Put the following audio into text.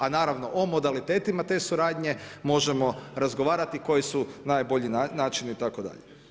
A naravno, o modalitetima, te suradnje možemo razgovarati koji su najbolji načini itd.